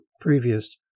previous